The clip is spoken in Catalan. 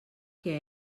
que